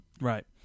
right